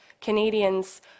Canadians